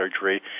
surgery